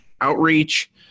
outreach